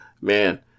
man